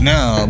Now